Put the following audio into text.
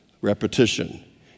repetition